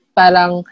parang